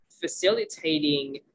facilitating